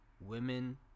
Women